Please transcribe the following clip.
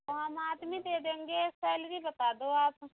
तो हम आदमी दे देंगे सैलरी बता दो आप